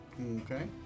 Okay